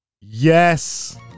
yes